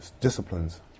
disciplines